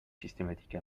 systématique